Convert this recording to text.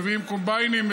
מביאים קומביינים,